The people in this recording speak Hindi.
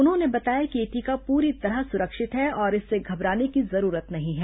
उन्होंने बताया कि यह टीका पूरी तरह सुरक्षित है और इससे घबराने की जरूरत नहीं है